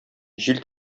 җил